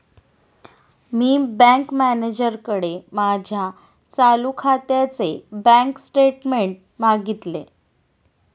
मी bank मॅनेजरकडे माझ्या चालू खात्याचे बँक स्टेटमेंट्स मागितले